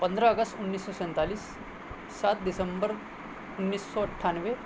پندرہ اگست انیس سو سینتالیس سات دسمبر انیس سو اٹھانوے